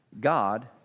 God